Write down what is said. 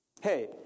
hey